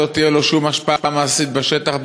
שלא תהיה לו שום השפעה מעשית בשטח,